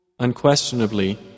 Unquestionably